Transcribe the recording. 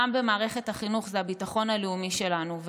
גם במערכת החינוך זה הביטחון הלאומי שלנו,